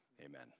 Amen